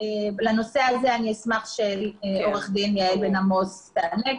לנושא הזה אני אשמח שעורכת הדין יעל בן עמוס תענה,